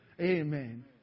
Amen